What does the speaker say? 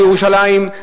של ירושלים,